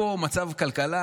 מצב הכלכלה,